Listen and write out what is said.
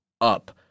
up